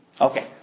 Okay